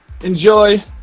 enjoy